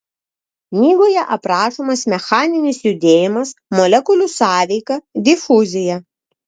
knygoje aprašomas mechaninis judėjimas molekulių sąveika difuzija